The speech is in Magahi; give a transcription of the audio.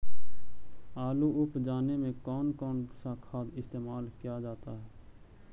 आलू उप जाने में कौन कौन सा खाद इस्तेमाल क्या जाता है?